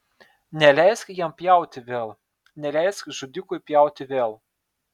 neleisk jam pjauti vėl neleisk žudikui pjauti vėl